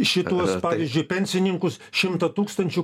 šituos pavyzdžiui pensininkus šimtą tūkstančių